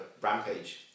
rampage